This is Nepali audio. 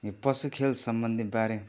यो पशुखेल सम्बन्धीबारे